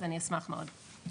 אז אני אשמח מאוד.